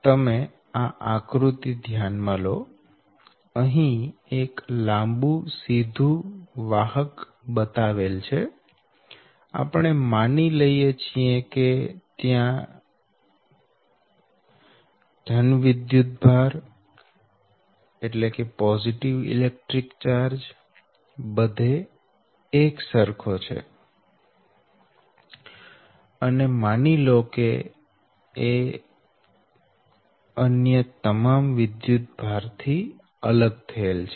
તમે આ આકૃતિ ધ્યાનમાં લો અહી એક લાંબુ સીધું વાહક બતાવેલ છે આપણે માની લઈએ છીએ કે ત્યાં ઘન વિદ્યુતભાર બધે એકસરખો છે અને માની લો કે તે અન્ય તમામ વિદ્યુતભાર થી અલગ થયેલ છે